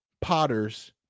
Potters